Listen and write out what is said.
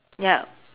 yup